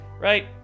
right